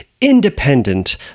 independent